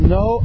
no